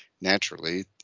naturally